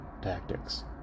tactics